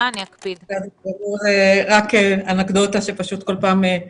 לכמה דברים